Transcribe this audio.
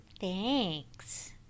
Thanks